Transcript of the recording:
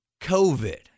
COVID